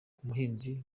umuhinzi